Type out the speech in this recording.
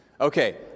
Okay